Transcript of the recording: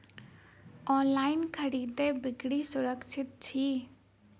online खरीदै बिक्री सुरक्षित छी